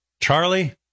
Charlie